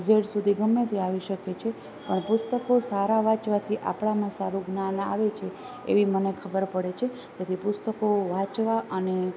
Z સુધી ગમેતે આવી શકે છે પણ પુસ્તકો સારા વાંચવાથી આપણા મનમાં સારું જ્ઞાન આવે છે એવી મને ખબર પડે છે તેથી પુસ્તકો વાંચવા અને